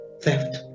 theft